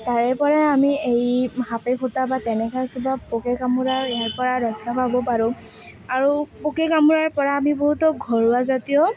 তাৰে পৰা আমি সেই সাপে খুটা বা তেনেকুৱা কিবা পোকে কামোৰা ইয়াৰ পৰা ৰক্ষা পাব পাৰোঁ আৰু পোকে কামোৰাৰ পৰা আমি বহুতো ঘৰুৱা জাতীয়